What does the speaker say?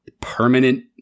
permanent